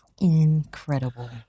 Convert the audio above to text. Incredible